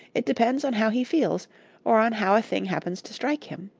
it depends on how he feels or on how a thing happens to strike him.